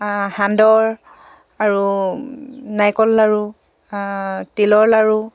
সান্দহ আৰু নাৰিকল লাড়ু তিলৰ লাড়ু